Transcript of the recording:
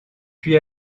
puis